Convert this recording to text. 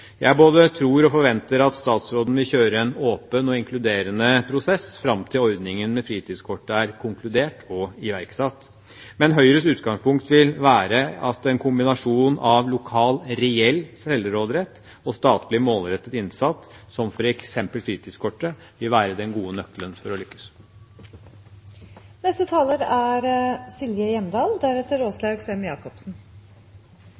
Jeg både tror og forventer at statsråden vil kjøre en åpen og inkluderende prosess fram til ordningen med fritidskort er konkludert og iverksatt. Men Høyres utgangspunkt vil være at en kombinasjon av lokal, reell selvråderett og statlig målrettet innsats, som f.eks. fritidskortet, vil være den gode nøkkelen til å